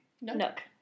Nook